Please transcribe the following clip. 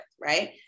right